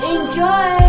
Enjoy